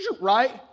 Right